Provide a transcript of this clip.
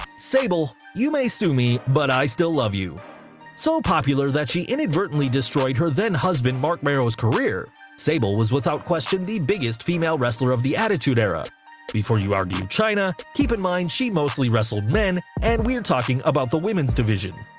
sable, you may sue me but i still love you so popular that she inadvertently destroyed her then-husband marc mero's career, sable was without question the biggest female wrestler of the attitude era before you argue chyna, keep in mind she mostly wrestled men, and we're talking about the women's division.